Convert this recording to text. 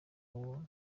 ubuntu